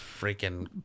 freaking